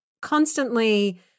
constantly